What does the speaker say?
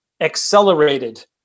accelerated